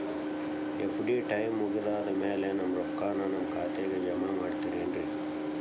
FD time ಮುಗಿದಾದ್ ಮ್ಯಾಲೆ ನಮ್ ರೊಕ್ಕಾನ ನಮ್ ಖಾತೆಗೆ ಜಮಾ ಮಾಡ್ತೇರೆನ್ರಿ?